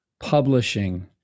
publishing